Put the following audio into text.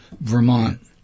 Vermont